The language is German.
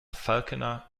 falconer